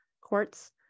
courts